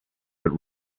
but